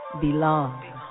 Belong